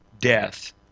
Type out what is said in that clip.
death